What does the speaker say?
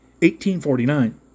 1849